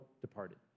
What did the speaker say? departed